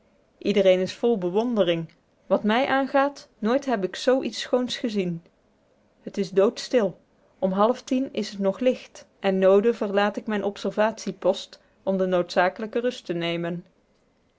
iedereen is vol bewondering wat mij aangaat nooit heb ik zoo iets schoons gezien het is doodstil om half tien is het nog licht en noode verlaat ik mijn observatiepost om de noodzakelijke rust te nemen